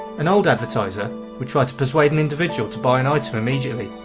an old advertiser would try to persuade an individual to buy an item immediately,